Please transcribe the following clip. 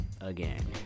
again